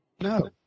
No